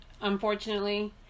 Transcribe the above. unfortunately